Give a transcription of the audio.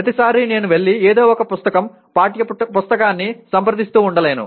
ప్రతిసారీ నేను వెళ్లి ఏదో ఒక పుస్తకం పాఠ్యపుస్తకాన్ని సంప్రదిస్తూ ఉండలేను